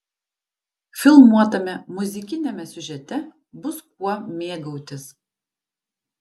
filmuotame muzikiniame siužete bus kuo mėgautis